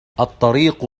الطريق